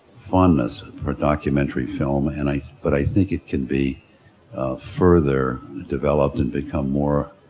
fondness for documentary film and i, but i think it can be further developed and become more